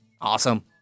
Awesome